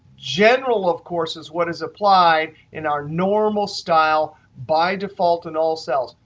general, of course, is what is applied in our normal style by default in all cells,